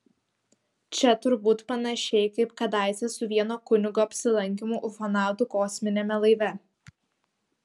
čia turbūt panašiai kaip kadaise su vieno kunigo apsilankymu ufonautų kosminiame laive